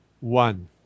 one